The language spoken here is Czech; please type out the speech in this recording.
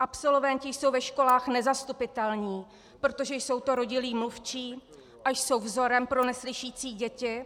Absolventi jsou ve školách nezastupitelní, protože jsou to rodilí mluvčí a jsou vzorem pro neslyšící děti